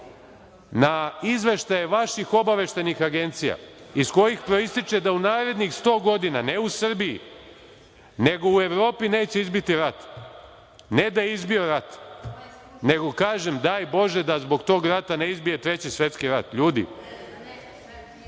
na izveštaje vaših obaveštajnih agencija iz kojih proističe da u narednih sto godina, ne u Srbiji, nego u Evropi neće izbiti rat! Ne da je izbio rat, nego, kažem, daj bože da zbog tog rata ne izbije Treći svetski rat. Ljudi,